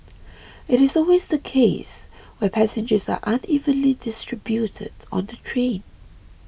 it is always the case where passengers are unevenly distributed on the train